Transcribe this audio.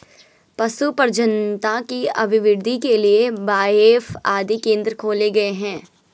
पशु प्रजननता की अभिवृद्धि के लिए बाएफ आदि केंद्र खोले गए हैं